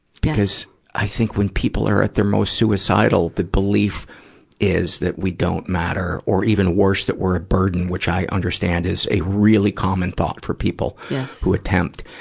because i think when people are at their most suicidal, the belief is that we don't matter, or even worse, that we're a burden, which i understand is a really common thought for people who attempt.